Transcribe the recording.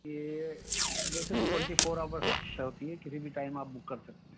یہ lesson twenty four hours ہوتی ہے کسی بھی ٹائم آپ بک کر سکتے ہیں